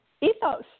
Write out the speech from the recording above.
ethos